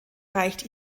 reicht